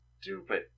stupid